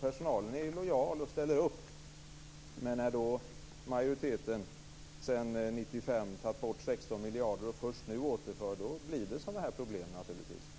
Personalen är lojal och ställer upp, men när majoriteten sedan 1995 har tagit bort 16 miljarder och först nu återför pengar blir det naturligtvis sådana problem.